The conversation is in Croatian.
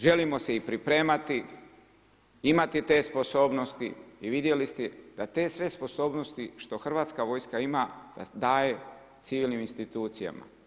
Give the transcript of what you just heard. Želimo se i pripremati, imati te sposobnosti i vidjeli ste da te sve sposobnosti što Hrvatska vojska ima daje civilnim institucijama.